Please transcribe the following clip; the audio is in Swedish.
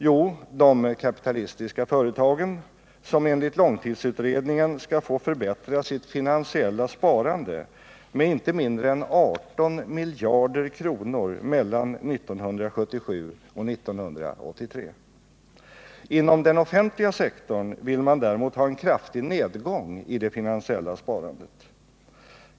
Jo, de kapitalistiska företagen som enligt långtidsutredningen skall få förbättra sitt finansiella sparande med inte mindre än 18 miljarder kronor mellan 1977 och 1983. Inom den offentliga sektorn vill man däremot ha en kraftig nedgång i det finansiella sparandet.